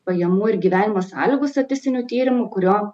pajamų ir gyvenimo sąlygų statistiniu tyrimu kurio